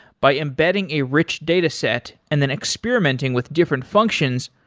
by embedding a rich data set and then experimenting with different functions,